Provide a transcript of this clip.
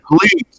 please